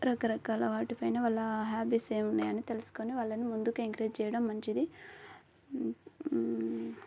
రకరకాల వాటిపైన వాళ్ళ హాబీస్ ఏమున్నాయని తెలుసుకొని వాళ్ళను ముందుకు ఎంకరేజ్ చేయడం మంచిది